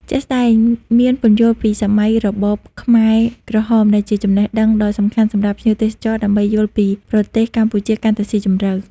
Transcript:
ជាក់ស្តែកមានពន្យល់ពីសម័យរបបខ្មែរក្រហម ដែលជាចំណេះដឹងដ៏សំខាន់សម្រាប់ភ្ញៀវទេសចរដើម្បីយល់ពីប្រទេសកម្ពុជាកាន់តែស៊ីជម្រៅ។